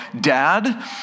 dad